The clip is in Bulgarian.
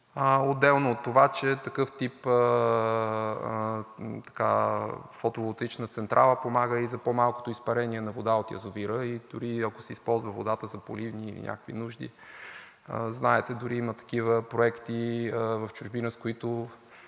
Отделно от това, че такъв тип фотоволтаична централа помага и за по-малкото изпарение на вода от язовира. Дори ако се използва водата за поливни нужди, знаете, има такива проекти в чужбина, с които